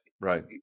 right